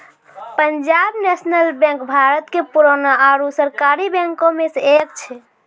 Punjab national bank भारत के पुराना आरु सरकारी बैंको मे से एक छै